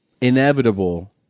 inevitable